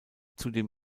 zudem